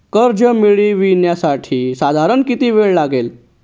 कर्ज मिळविण्यासाठी साधारण किती वेळ लागेल?